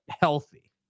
healthy